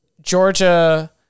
Georgia